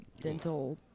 dental